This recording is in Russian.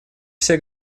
все